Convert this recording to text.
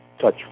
touch